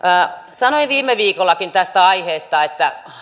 sanoin viime viikollakin tästä aiheesta että